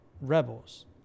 Rebels